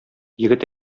егет